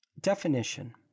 definition